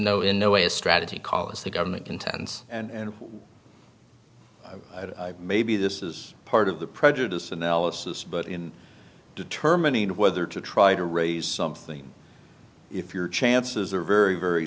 no in no way a strategy call if the government intends and maybe this is part of the prejudice analysis but in determining whether to try to raise something if your chances are very very